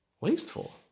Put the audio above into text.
Wasteful